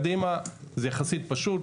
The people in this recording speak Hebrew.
קדימה זה יחסית פשוט.